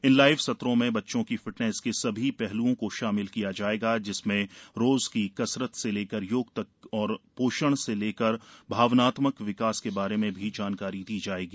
इन live सत्रों में बच्चों की फिटनेस के सभी पहलुओं को शामिल किया जायेगा जिसमें रोज की कसरत से लेकर योग तक और पोषण से लेकर भावनात्मक विकास के बारे में जानकारी दी जायेगी